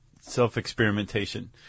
self-experimentation